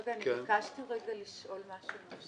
רגע, אני ביקשתי רגע לשאול משהו.